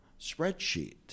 spreadsheet